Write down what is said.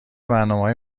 برنامههای